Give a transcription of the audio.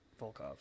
Volkov